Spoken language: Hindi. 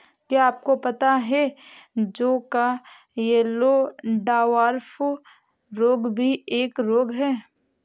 क्या आपको पता है जौ का येल्लो डवार्फ रोग भी एक रोग है?